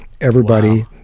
Everybody